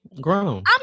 Grown